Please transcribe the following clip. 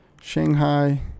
shanghai